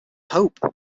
hope